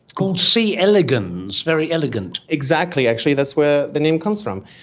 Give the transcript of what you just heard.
called c. elegans, very elegant. exactly actually, that's where the name comes from.